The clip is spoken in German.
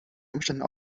umständen